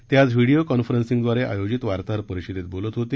ते आज व्हीडीओ कॉन्फरन्सिंगद्वारे आयोजित वार्ताहर परिषदेत बोलत होते